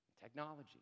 technology